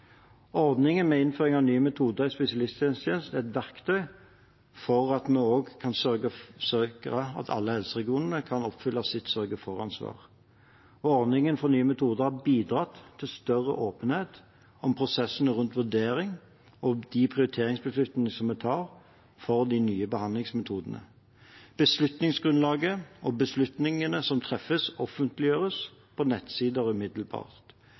Ordningen med innføring av nye metoder i spesialisthelsetjenesten er et verktøy for at vi også kan sikre at alle helseregionene kan oppfylle sitt sørge-for-ansvar. Ordningen for nye metoder har bidratt til større åpenhet om prosessene rundt vurdering og de prioriteringsbeslutningene som vi tar for de nye behandlingsmetodene. Beslutningsgrunnlaget og beslutningene som treffes, offentliggjøres på nettsider umiddelbart.